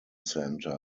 center